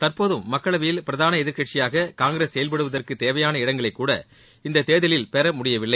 தற்போதும் மக்களவையில் பிரதான எதிர்க்கட்சியாக காங்கிரஸ் செயல்படுவதற்கு தேவையான இடங்களைகூட இந்தத் தேர்தலிலும் பெற முடியவில்லை